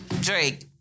Drake